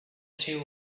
too